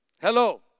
Hello